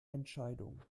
entscheidung